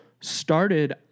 started